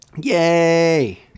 Yay